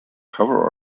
cover